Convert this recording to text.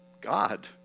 God